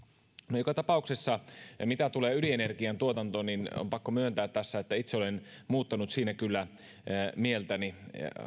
joka tapauksessa mitä tulee ydinenergian tuotantoon on pakko myöntää tässä että itse kyllä olen muuttanut siinä mieltäni